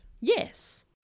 Yes